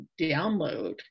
download